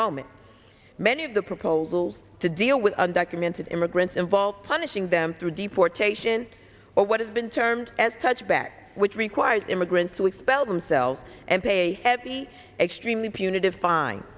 moment many of the proposals to deal with undocumented immigrants involve punishing them through deportation or what has been termed as touchback which requires immigrants to expel themselves and pay a heavy extremely